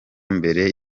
mbere